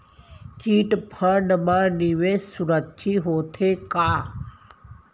Chit fund मा निवेश सुरक्षित होथे का?